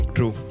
True